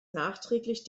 nachträglich